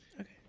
Okay